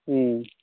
हूँ